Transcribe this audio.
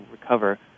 recover